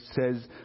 says